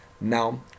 now